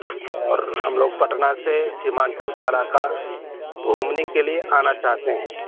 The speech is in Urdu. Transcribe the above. اور ہم لوگ پٹنہ سے سیمانچل کا علاقہ گھومنے کے لیے آنا چاہتے ہیں